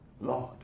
Lord